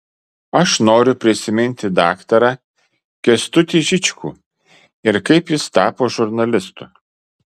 aš noriu prisiminti daktarą kęstutį žičkų ir kaip jis tapo žurnalistu